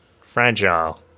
fragile